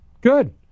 Good